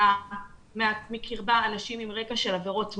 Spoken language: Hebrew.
מוקיעה מקרבה אנשים עם רקע של עבירות מין.